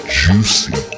juicy